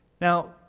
Now